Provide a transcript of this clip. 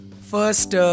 first